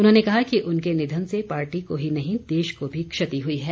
उन्होंने कहा कि उनके निधन से पार्टी को ही नहीं देश को भी क्षति हुई है